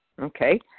Okay